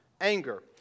anger